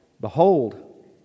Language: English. Behold